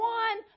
one